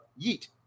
Yeet